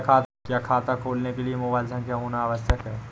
क्या खाता खोलने के लिए मोबाइल संख्या होना आवश्यक है?